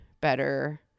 better